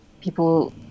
people